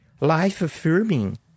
life-affirming